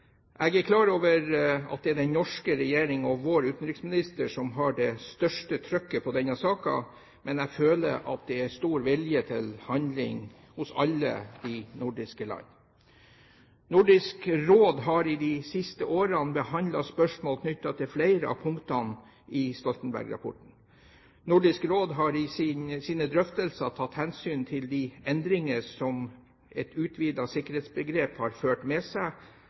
Jeg er klar over at det er den norske regjering og vår utenriksminister som har det største trykket på denne saken, men jeg føler at det er stor vilje til handling hos alle de nordiske land. Nordisk Råd har i de siste årene behandlet spørsmål knyttet til flere av punktene i Stoltenberg-rapporten. Nordisk Råd har i sine drøftelser tatt hensyn til de endringer som et utvidet sikkerhetsbegrep har ført med seg